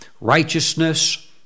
righteousness